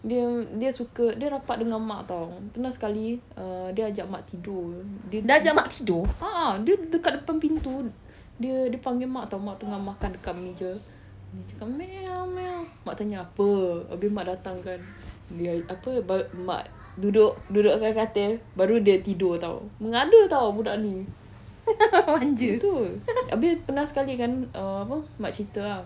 dia dia suka dia rapat dengan mak [tau] pernah sekali dia ajak mak tidur dia a'ah dia dekat depan pintu dia dia panggil mak [tau] mak tengah makan dekat meja dia cakap meow meow mak tanya apa habis mak datang kan dia apa baru mak duduk dekat katil baru dia tidur [tau] mengada [tau] budak ni betul habis pernah sekali kan err apa mak cerita ah